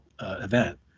event